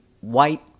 white